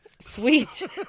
Sweet